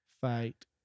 fight